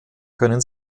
können